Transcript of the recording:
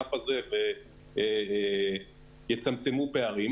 בענף הזה ויצמצמו פערים,